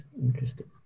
Interesting